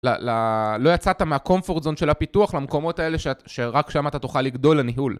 לא יצאת מהקומפורט זון של הפיתוח למקומות האלה שרק שם אתה תוכל לגדול לניהול